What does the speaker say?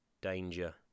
danger